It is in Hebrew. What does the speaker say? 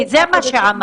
כי זה מה שעמד.